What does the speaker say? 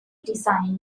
design